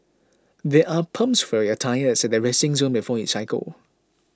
there are pumps for your tyres at the resting zone before you cycle